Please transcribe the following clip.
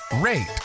rate